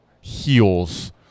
heels